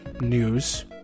news